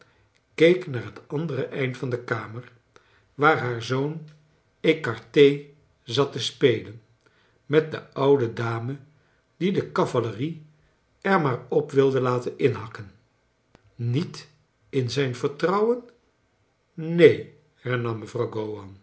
keek naar het andere einde van de kamer waar haar zoon ecarte zat te spelen met de oude dame die de cavalerie er maar op wilde laten inhakken niet in zijn vertrouwen neen hernam mevrouw